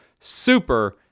super